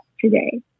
today